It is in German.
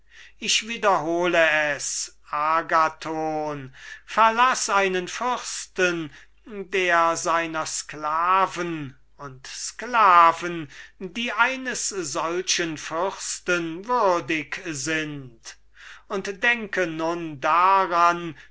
ich wiederhole es agathon verlaß einen fürsten der seiner sklaven und sklaven die eines solchen fürsten wert sind und denke nun daran